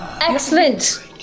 Excellent